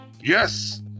Yes